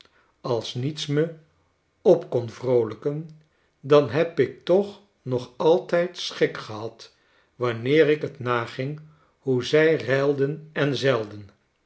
als niets me op kon vroolijken dan heb ik toch nog altijd schik gehad wanneerik t naging hoe zij reilden en zeilden